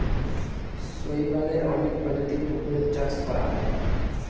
শৈবালের অনেক প্রজাতির পুকুরে চাষ করা হয়